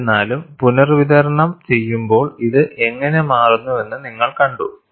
എന്നിരുന്നാലുംപുനർവിതരണം ചെയ്യുമ്പോൾ ഇത് എങ്ങനെ മാറുന്നുവെന്ന് നിങ്ങൾ കണ്ടു